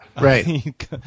right